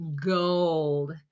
gold